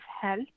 help